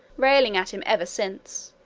railing at him ever since,